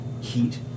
heat